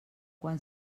quan